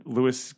Lewis